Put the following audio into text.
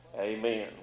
amen